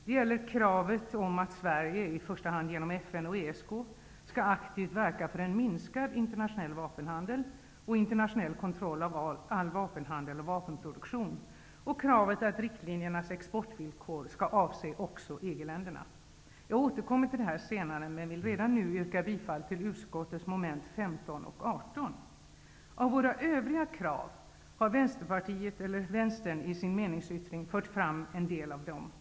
Det gäller kravet på att Sverige -- i första hand genom FN och ESK -- aktivt skall verka för en minskad internationell vapenhandel och för en internationell kontroll av all vapenhandel och vapenproduktion samt kravet på att riktlinjernas exportvillkor skall avse också EG-länderna. Jag återkommer till detta senare, men jag vill redan nu yrka bifall till mom. 15 och 18 Av våra övriga krav har Vänsterpartiet i sin meningsyttring fört fram en del.